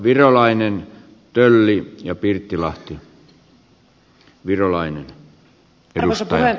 virolainen tölli ja pirttilahti